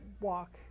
walk